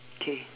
K